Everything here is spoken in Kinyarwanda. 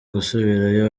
gusubirayo